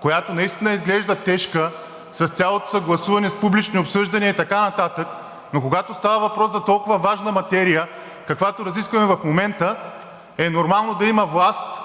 която наистина изглежда тежка с цялото съгласуване, с публични обсъждания и така нататък, но когато става въпрос за толкова важна материя, каквато разискваме в момента, е нормално да има власт